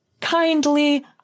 kindly